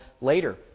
later